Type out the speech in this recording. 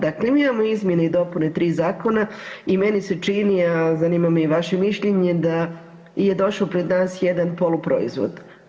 Dakle, mi imamo izmjene i dopune 3 zakona i meni se čini, a zanima me i vaše mišljenje da je došao pred nas jedna poluproizvod.